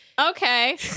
okay